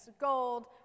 gold